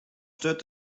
sturt